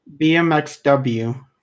BMXW